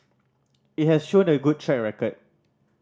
it has shown a good track record